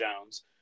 Jones